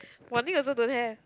Wan-Ning also don't have